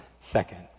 Second